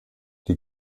die